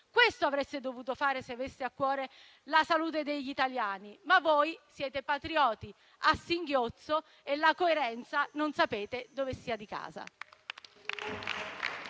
Questo avreste dovuto fare se aveste avuto a cuore la salute degli italiani, ma voi siete patrioti a singhiozzo e la coerenza non sapete dove sia di casa.